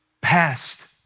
past